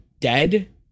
dead